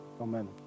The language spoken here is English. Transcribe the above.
amen